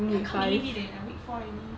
I can't believe it leh week four already